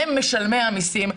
הם משלמי המיסים.